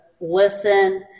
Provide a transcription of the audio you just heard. listen